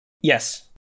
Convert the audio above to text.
Yes